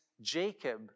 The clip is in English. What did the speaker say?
Jacob